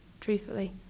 truthfully